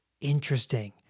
interesting